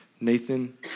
Nathan